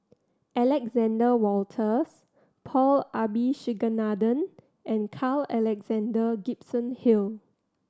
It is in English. Alexander Wolters Paul Abisheganaden and Carl Alexander Gibson Hill